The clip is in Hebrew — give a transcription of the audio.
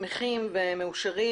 שמחים ומאושרים.